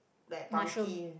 mushroom